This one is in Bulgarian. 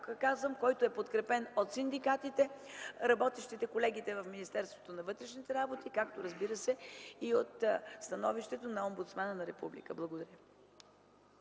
който е подкрепен от синдикатите, от работещите колеги в Министерството на вътрешните работи, както, разбира се, и от становището на омбудсмана на Републиката. Благодаря.